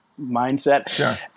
mindset